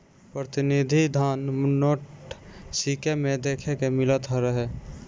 प्रतिनिधि धन नोट, सिक्का में देखे के मिलत रहे